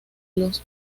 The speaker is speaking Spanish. los